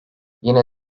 yine